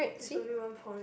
is only one point